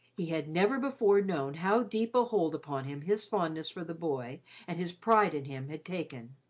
he had never before known how deep a hold upon him his fondness for the boy and his pride in him had taken.